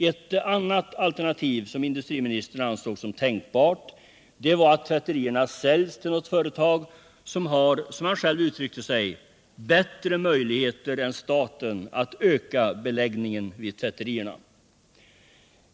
Ett annat alternativ som industriministern ansåg tänkbart var att tvätterierna säljs till något företag som har, som han själv uttryckte sig, bättre möjligheter än staten att öka beläggningen vid tvätterierna.